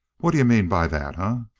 what d'you mean by that? ah?